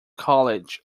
college